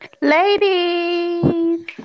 Ladies